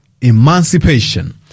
emancipation